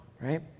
right